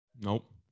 Nope